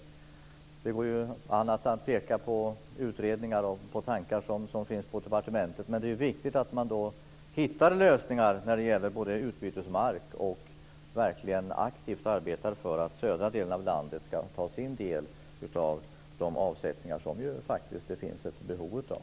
Det går an att hänvisa till utredningar och tankar som finns på departementet, men det är viktigt att man då hittar lösningar när det gäller utbytesmark och verkligen aktivt arbetar för att södra delen av landet ska ta sin del av de avsättningar som det faktiskt finns ett behov av.